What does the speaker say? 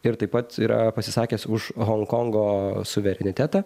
ir taip pat yra pasisakęs už honkongo suverenitetą